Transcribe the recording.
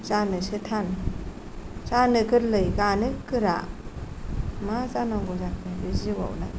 जानोसो थान जानो गोरलै गानो गोरा मा जानांगौ जाखो बे जिउआवलाय हे भग'बान